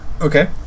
Okay